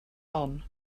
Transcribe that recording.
hon